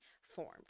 formed